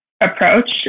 approach